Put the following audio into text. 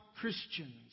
Christians